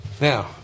Now